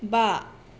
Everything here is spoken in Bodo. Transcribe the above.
बा